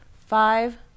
five